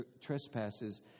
trespasses